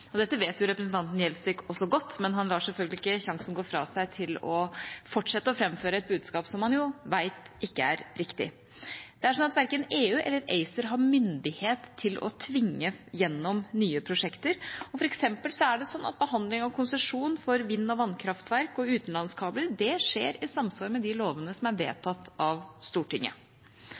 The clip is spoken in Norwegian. Dette vet representanten Gjelsvik også godt, men han lar selvfølgelig ikke sjansen gå fra seg til å fortsette å framføre et budskap han vet ikke er riktig. Det er sånn at verken EU eller ACER har myndighet til å tvinge gjennom nye prosjekter, og f.eks. er det sånn at behandling av konsesjon for vind- og vannkraftverk og utenlandskabler skjer i samsvar med de lovene som er vedtatt av Stortinget.